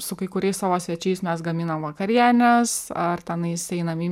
su kai kuriais savo svečiais mes gaminam vakarienes ar tenais einam į